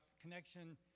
Connection